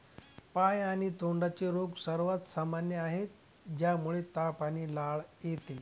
पाय आणि तोंडाचे रोग सर्वात सामान्य आहेत, ज्यामुळे ताप आणि लाळ येते